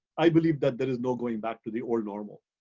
i believe that there is no going back to the old normal.